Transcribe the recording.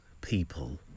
people